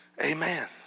Amen